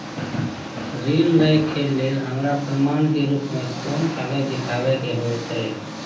ऋण लय के लेल हमरा प्रमाण के रूप में कोन कागज़ दिखाबै के होतय?